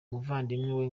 umuvandimwe